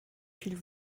viel